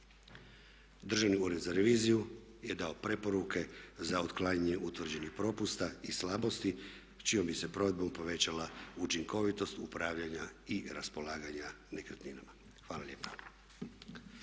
Državni ured za reviziju je dao preporuke za otklanjanje utvrđenih propusta i slabosti čijom bi se provedbom povećala učinkovitost upravljanja i raspolaganja nekretninama. Hvala lijepa.